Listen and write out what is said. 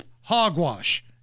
hogwash